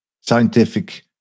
scientific